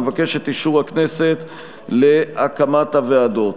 אבקש את אישור הכנסת להקמת הוועדות.